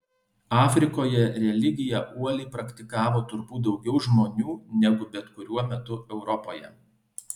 afrikoje religiją uoliai praktikavo turbūt daugiau žmonių negu bet kuriuo metu europoje